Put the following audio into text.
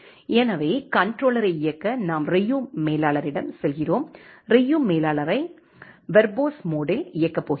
எனவே கண்ட்ரோலரை இயக்க நாம் ரியூ மேலாளரிடம் செல்கிறோம் ரியூ மேலாளரை வெர்போஸ் மோட்டில் இயக்கப் போகிறோம்